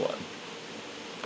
what